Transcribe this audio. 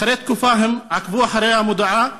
אחרי תקופה הם עקבו אחרי המודעה,